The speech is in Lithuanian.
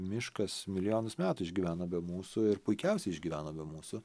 miškas milijonus metų išgyveno be mūsų ir puikiausiai išgyveno be mūsų